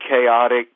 chaotic